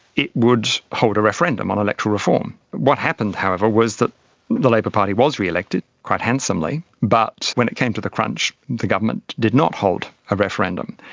it would hold a referendum on electoral reform. what happened however was that the labour party was re-elected, quite handsomely, but when it came to the crunch the government did not hold a referendum,